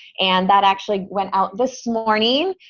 and that actually went out this morning,